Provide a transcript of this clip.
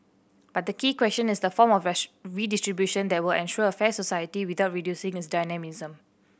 but the key question is the form of redistribution that will ensure a fair society without reducing its dynamism